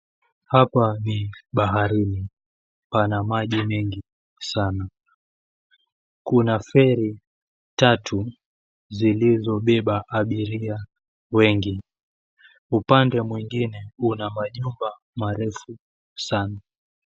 Hapa ni baharini. Pana maji mengi sana. Kuna feri tatu zilizobeba abiria wengi. Upande mwingine una majumba marefu sana.